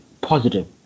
positive